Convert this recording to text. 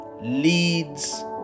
leads